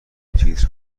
تیتر